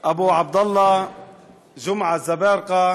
אבו עבדאללה ג'מעה אזברגה